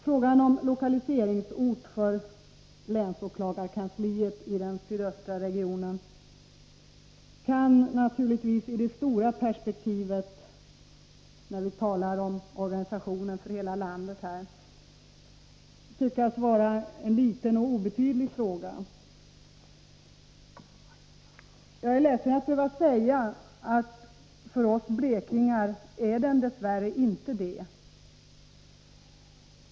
Frågan om lokaliseringsort för länsåklagarkansliet i den sydöstra regionen kan naturligtvis i det stora perspektivet, när vi talar om organisationen för hela landet, tyckas vara en liten och obetydlig fråga: Jag är ledsen att behöva säga att den för oss blekingar dess värre inte är det.